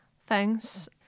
Thanks